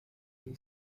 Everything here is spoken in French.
est